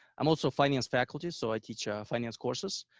i'm also finance faculty so i teach ah finance courses.